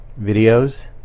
Videos